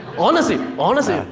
honestly, honestly.